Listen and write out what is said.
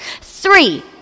Three